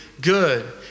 good